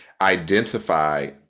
identify